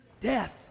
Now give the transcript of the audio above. death